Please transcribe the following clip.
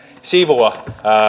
sivua